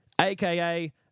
aka